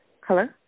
Hello